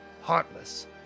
heartless